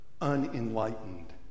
unenlightened